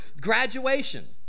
graduation